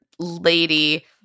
Lady